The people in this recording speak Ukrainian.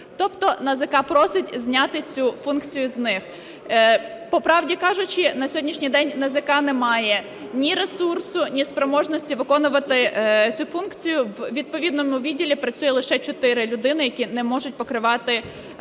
Тобто НАЗК просить зняти цю функцію з них. По правді кажучи, на сьогоднішній день НАЗК не має ні ресурсу, ні спроможності виконувати цю функцію, у відповідному відділі працює лише чотири людини, які не можуть покривати потреби